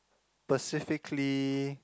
specifically